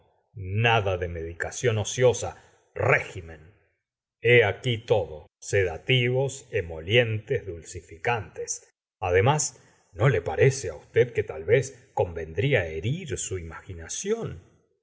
nada de medicación ociosa régimen hé aquí toi l i la se ora de bovary do sedativos emolientes dulcificantes además no le parece á usted que tal vez convendría herir su imaginación